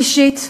שלישית,